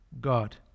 God